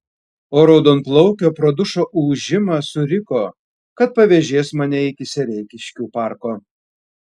o raudonplaukė pro dušo ūžimą suriko kad pavėžės mane iki sereikiškių parko